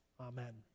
amen